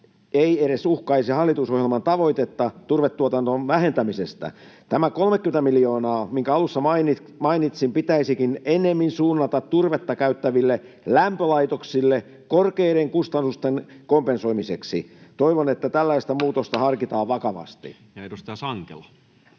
ei edes uhkaisi hallitusohjelman tavoitetta turvetuotannon vähentämisestä. Tämä 30 miljoonaa, minkä alussa mainitsin, pitäisikin ennemmin suunnata turvetta käyttäville lämpölaitoksille korkeiden kustannusten kompensoimiseksi. Toivon, että tällaista muutosta harkitaan vakavasti. Edustaja Sankelo.